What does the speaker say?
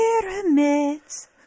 Pyramids